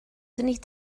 nid